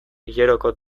hileroko